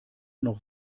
noch